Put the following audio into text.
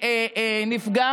נפגע